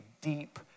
deep